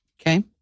Okay